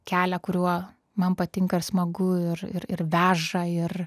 kelią kuriuo man patinka ir smagu ir ir ir veža ir